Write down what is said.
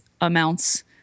amounts